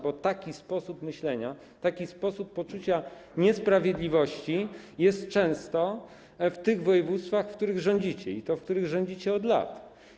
Bo taki sposób myślenia, taki sposób poczucia niesprawiedliwości jest często w tych województwach, w których rządzicie, i to rządzicie od lat.